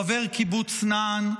חבר קיבוץ נען,